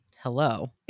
hello